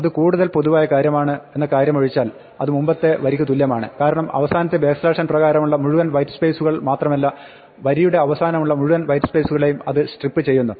അത് കൂടുതൽ പൊതുവായ കാര്യമാണ് എന്ന കാര്യമൊഴിച്ചാൽ അത് മുമ്പത്തെ വരിക്ക് തുല്യമാണ് കാരണം അവസാനത്തെ n പ്രകാരമുള്ള മുഴുവൻ വൈറ്റ് സ്പേസുകൾ മാത്രമല്ല വരിയുടെ അവസാനമുള്ള മുഴുവൻ വൈറ്റ് സ്പേസുകളെയും അത് സ്ട്രിപ്പ് ചെയ്യുന്നു